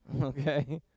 okay